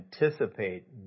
anticipate